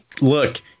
look